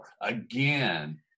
again